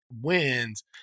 wins